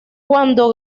cuando